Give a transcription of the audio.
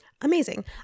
Amazing